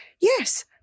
Yes